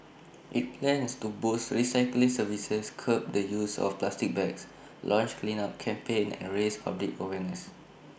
IT plans to boost recycling services curb the use of plastic bags launch cleanup campaigns and raise public awareness